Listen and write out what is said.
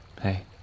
Hey